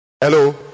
Hello